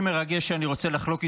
מרגש אני רוצה לחלוק איתכם.